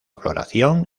floración